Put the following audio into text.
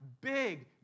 big